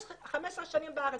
היא 15 שנים בארץ,